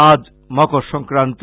আজ মকর সংক্রান্তি